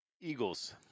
Eagles